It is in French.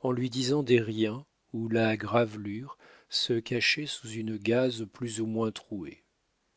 en lui disant des riens où la gravelure se cachait sous une gaze plus ou moins trouée